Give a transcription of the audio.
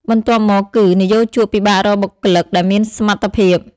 បន្ទាប់មកគឺ និយោជកពិបាករកបុគ្គលិកដែលមានសមត្ថភាព។